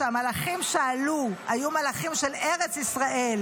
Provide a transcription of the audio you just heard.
שהמלאכים שעלו היו מלאכים של ארץ ישראל